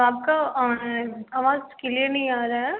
आपका आवाज़ क्लियर नहीं आ रहा है